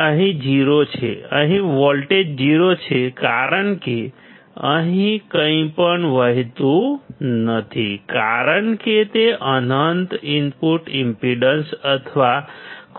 તે અહીં 0 છે અહીં વોલ્ટેજ 0 છે કારણ કે અહીં કંઈપણ વહેતું નથી કારણ કે તે અનંત ઇનપુટ ઈમ્પેડન્સ અથવા